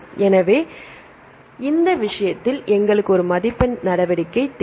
எனவே இந்த விஷயத்தில் எங்களுக்கு ஒரு மதிப்பெண் நடவடிக்கை தேவை